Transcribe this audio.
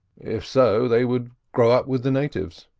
if so, they would grow up with the natives.